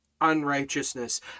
unrighteousness